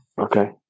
Okay